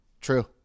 True